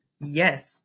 Yes